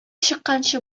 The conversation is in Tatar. чыкканчы